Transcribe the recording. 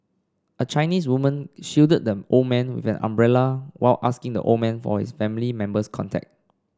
a Chinese woman shielded the old man with an umbrella while asking the old man for his family member's contact